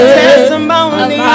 testimony